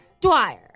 Dwyer